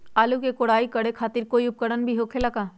आलू के कोराई करे खातिर कोई उपकरण हो खेला का?